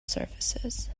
surfaces